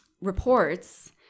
reports